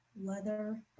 leather